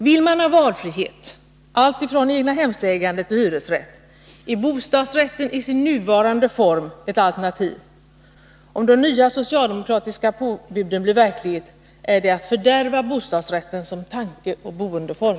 Vill man ha valfrihet — alltifrån egnahemsägandet till hyresrätten — är bostadsrätten i sin nuvarande form ett alternativ. Om de nya socialdemo kratiska påbuden blir verklighet, är det att fördärva bostadsrätten som tanke och boendeform.